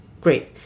great